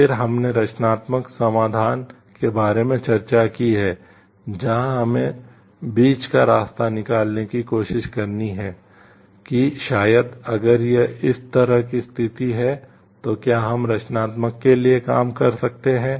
फिर हमने रचनात्मक समाधान के बारे में चर्चा की है जहां हमें बीच का रास्ता निकालने की कोशिश करनी है कि शायद अगर यह इस तरह की स्थिति है तो क्या हम रचनात्मक के लिए काम कर सकते हैं